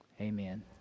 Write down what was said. Amen